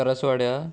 करसवाड्या